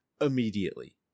immediately